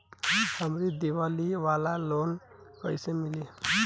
हमरा दीवाली वाला लोन कईसे मिली?